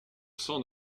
s’en